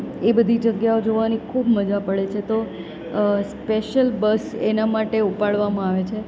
એ બધી જગ્યાઓ જોવાની ખૂબ મજા પડે છે તો સ્પેશ્યલ બસ એના માટે ઉપાડવામાં આવે છે